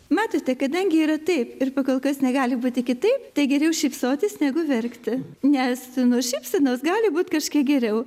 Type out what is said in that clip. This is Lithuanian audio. matote kadangi yra taip ir pakolkas negali būti kitaip tai geriau šypsotis negu verkti nes nuo šypsenos gali būt kažkiek geriau